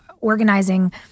organizing